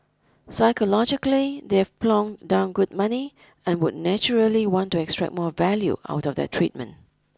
psychologically they've plonked down good money and would naturally want to extract more value out of their treatment